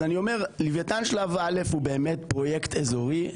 אני אומר, לווייתן שלב א' הוא באמת פרויקט אזורי.